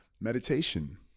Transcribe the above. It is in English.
Meditation